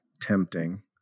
tempting